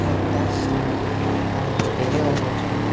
हाम्रो दार्जिलिङमा चाहिँ पानीको धेरै अभाव छ